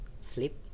sleep